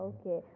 Okay